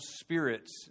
spirits